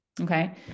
Okay